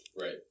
Right